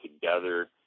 together